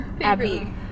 Abby